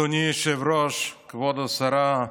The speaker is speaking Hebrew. אדוני היושב-ראש, כבוד השרה,